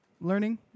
learning